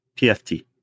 PFT